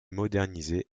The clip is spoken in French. modernisé